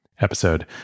episode